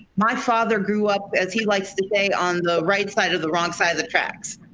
my father grew up as he likes to say on the right side of the wrong side of the tracks.